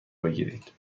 بگیرید